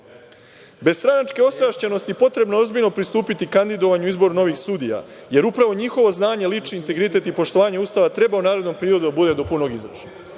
stranačke ostrašćenosti potrebno je ozbiljno pristupiti kandidovanju izboru novih sudija, jer upravo njihovo znanje, lični integritet i poštovanje Ustava treba u narednom periodu da bude do punog izražaja. Meni